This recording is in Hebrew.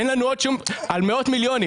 אין לנו עוד שום, על מאות מיליונים.